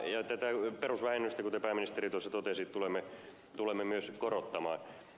tätä perusvähennystä kuten pääministeri totesi tulemme myös korottamaan